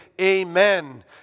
amen